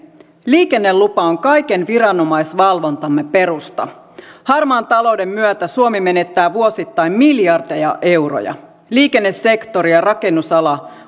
liikennelupa on kaiken viranomaisvalvontamme perusta harmaan talouden myötä suomi menettää vuosittain miljardeja euroja liikennesektori ja rakennusala